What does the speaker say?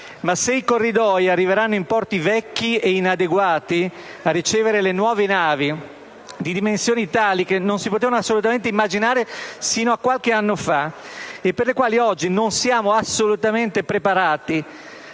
Se però i Corridoi arriveranno in porti vecchi e inadeguati a ricevere le nuove navi, di dimensioni tali che non si potevano assolutamente immaginare sino a qualche anno fa e per le quali oggi non siamo assolutamente preparati,